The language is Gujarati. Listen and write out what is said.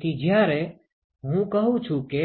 તેથી જ્યારે હું કહું છું કે